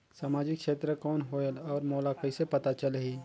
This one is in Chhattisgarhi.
समाजिक क्षेत्र कौन होएल? और मोला कइसे पता चलही?